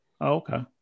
Okay